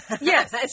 Yes